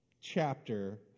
chapter